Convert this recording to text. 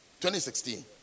2016